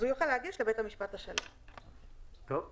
אז הוא יוכל להגיש לבית משפט --- יש הערות?